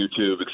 YouTube